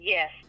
Yes